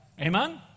Amen